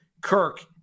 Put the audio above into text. Kirk